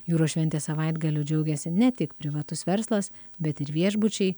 jūros šventės savaitgaliu džiaugiasi ne tik privatus verslas bet ir viešbučiai